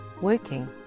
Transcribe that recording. working